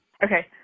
Okay